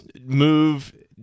move